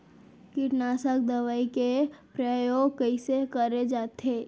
कीटनाशक दवई के प्रयोग कइसे करे जाथे?